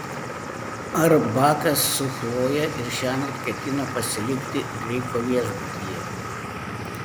ar bakas su chloje ir šiąnakt ketina pasilikti dreiko viešbutyje